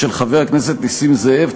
של חבר הכנסת נסים זאב,